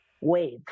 wave